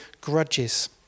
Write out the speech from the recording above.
grudges